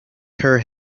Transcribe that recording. her